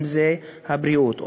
בריאות,